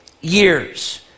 years